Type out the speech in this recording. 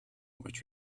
which